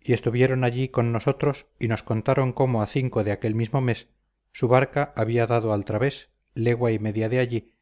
y estuvieron allí con nosotros y nos contaron cómo a cinco de aquel mismo mes su barca había dado al través legua y media de allí